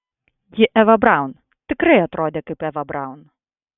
ji eva braun tikrai atrodė kaip eva braun